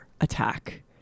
attack